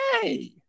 hey